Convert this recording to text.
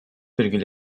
virgül